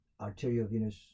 arteriovenous